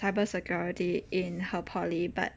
cybersecurity in her poly but